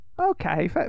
Okay